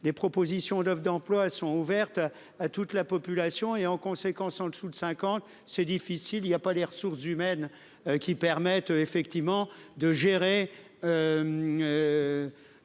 des propositions d'offres d'emploi sont ouvertes à toute la population et en conséquence en dessous de 50. C'est difficile il y a pas les ressources humaines qui permettent effectivement de gérer.